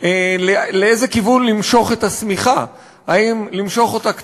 לגבי מערכת הבריאות לאיזה כיוון למשוך את השמיכה,